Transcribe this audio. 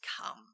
come